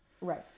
Right